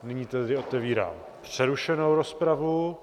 Nyní tedy otevírám přerušenou rozpravu.